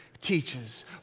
teaches